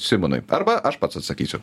simonui arba aš pats atsakysiu